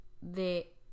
de